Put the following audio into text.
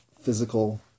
physical